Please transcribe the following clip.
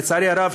לצערי הרב,